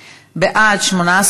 המדינה,